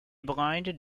blind